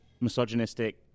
misogynistic